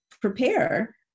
prepare